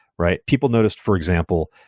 right? people noticed, for example,